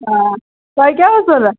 آ تۄہہِ کیٛاہ اوس ضروٗرت